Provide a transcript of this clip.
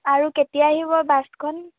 আৰু কেতিয়া আহিব বাছখন